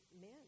men